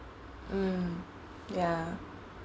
mm ya